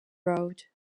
road